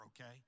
okay